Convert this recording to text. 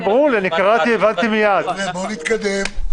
בואו נתקדם.